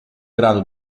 grado